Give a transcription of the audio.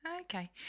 Okay